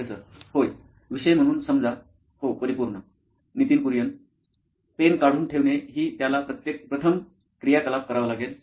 professor होय विषय म्हणून समजा हो परिपूर्ण Nitin Kurian COO nine electronics pen काढून ठेवणे ही त्याला प्रथम क्रियाकलाप करावा लागेल